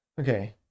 Okay